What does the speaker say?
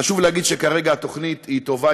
חשוב להגיד שכרגע התוכנית היא טובה,